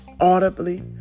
audibly